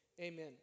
amen